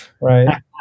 right